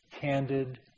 candid